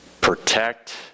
protect